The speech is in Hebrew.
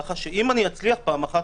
כך שאם אצליח פעם אחת,